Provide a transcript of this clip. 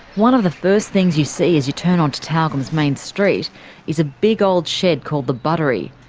one of the first things you see as you turn onto tyalgum's main street is a big old shed called the buttery,